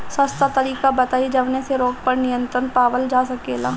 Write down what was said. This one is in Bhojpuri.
सस्ता तरीका बताई जवने से रोग पर नियंत्रण पावल जा सकेला?